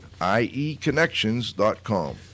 ieconnections.com